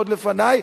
עוד לפני,